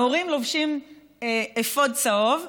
ההורים לובשים אפוד צהוב,